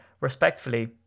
respectfully